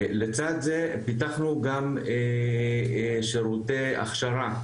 לצד זה פתחנו גם שירותי הכשרה,